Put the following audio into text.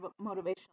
motivational